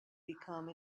become